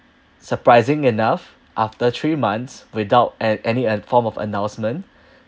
surprising enough after three months without a~ any uh form of announcement